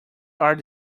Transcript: are